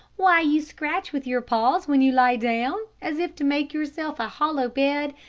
why you scratch with your paws when you lie down, as if to make yourself a hollow bed,